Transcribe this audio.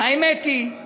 האמת היא,